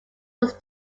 was